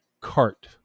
cart